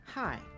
Hi